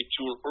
Tour